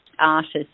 artists